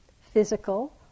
physical